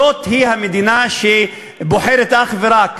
זאת המדינה שבוחרת אך ורק,